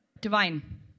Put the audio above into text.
Divine